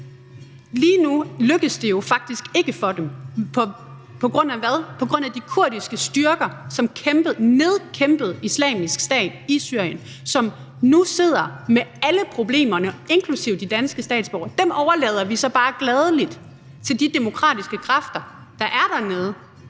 Lige nu lykkes det jo faktisk ikke for dem – på grund af hvad? Det er på grund af de kurdiske styrker, som nedkæmpede Islamisk Stat i Syrien, og som nu sidder med alle problemerne, inklusive de danske statsborgere. Dem overlader vi så bare gladelig til de demokratiske kræfter, der er dernede.